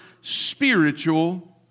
spiritual